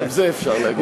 גם זה אפשר להגיד לזכותו.